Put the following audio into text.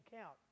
count